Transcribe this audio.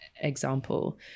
example